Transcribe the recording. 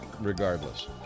regardless